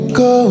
go